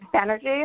energy